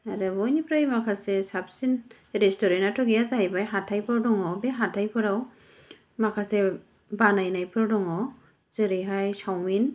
आरो बयनिख्रुय माखासे साबसिन रेसटुरेन्ट आथ' गैया जाहैबाय हाथाइफोर दङ बे हाथाइफोराव माखासे बानायनायफोर दङ जेरैहाय चावमिन